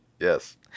yes